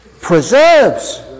preserves